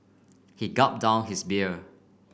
he gulp down his beer